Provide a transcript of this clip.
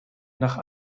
nach